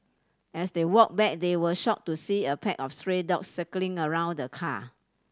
as they walked back they were shocked to see a pack of stray dog circling around the car